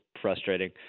frustrating